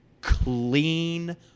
clean